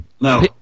No